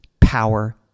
power